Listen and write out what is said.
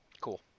Cool